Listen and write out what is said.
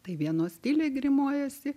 tai vienos tyliai grimuojasi